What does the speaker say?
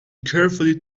carefully